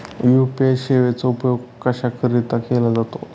UPI सेवेचा उपयोग कशाकरीता केला जातो?